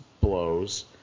blows